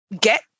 get